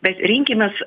bet rinkimės